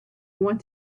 want